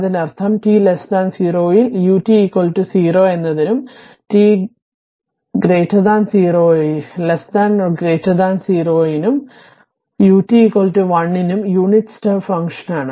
അതിനർത്ഥം t0 ൽ ut 0 എന്നതിനും t t 0 നും ut 1 നും യൂണിറ്റ് സ്റ്റെപ്പ് ഫംഗ്ഷനാണ്